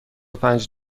پنج